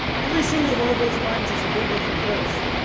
every single one of those lines is a biblical verse.